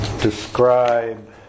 describe